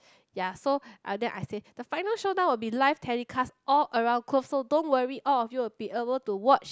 ya so uh then I say the final showdown will be live telecast all around so don't worry all of you will be able to watch